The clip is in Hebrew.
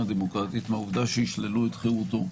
דמוקרטית מן העובדה שישללו את חירותו,